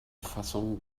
fassung